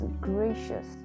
gracious